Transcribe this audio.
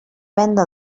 venda